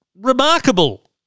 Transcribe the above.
Remarkable